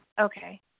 Okay